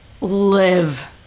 live